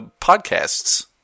podcasts